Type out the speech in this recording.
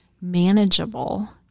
manageable